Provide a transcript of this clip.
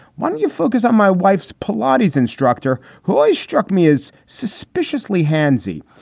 why do you focus on my wife's plodders instructor who i struck me as suspiciously hanzi?